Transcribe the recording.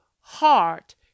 heart